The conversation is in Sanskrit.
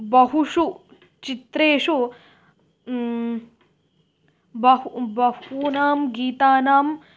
बहुषु चित्रेषु बहु बहूनां गीतानां